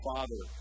Father